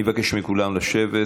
אני מבקש מכולם לשבת.